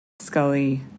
Scully